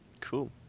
Cool